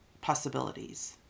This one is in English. possibilities